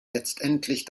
letztendlich